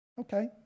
Okay